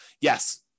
yes